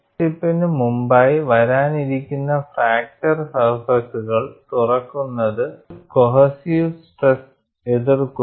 crack ടിപ്പിന് മുമ്പായി വരാനിരിക്കുന്ന ഫ്രാക്ചർ സർഫേസുകൾ തുറക്കുന്നത് ഒരു കോഹെസിവ് സ്ട്രെസ് എതിർക്കുന്നു